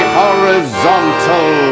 horizontal